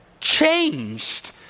changed